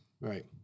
Right